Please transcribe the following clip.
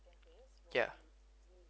ya